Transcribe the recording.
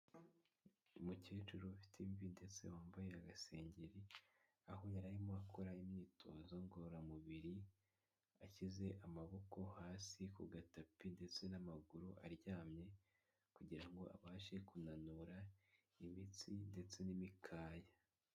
Umukecuru ufite ivi ndetse wambaye agasengeri. Aho yari arimo akora imyitozo ngororamubiri, ashyize amaboko hasi ku gatapi ndetse n'amaguru aryamye kugira ngo abashe kunanura imitsi ndetse n'imikaya.